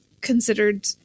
considered